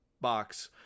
box